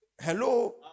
Hello